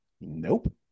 Nope